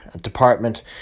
Department